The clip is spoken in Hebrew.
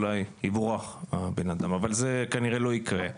יבורך הבן אדם אבל זה כנראה לא יקרה.